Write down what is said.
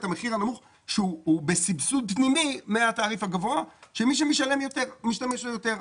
את המחיר הנמוך שהוא בסבסוד פנימי מהתעריף הגבוה של מי שמשתמש ביותר.